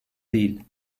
değil